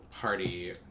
party